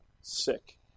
sick